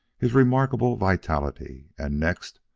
his remarkable vitality and next,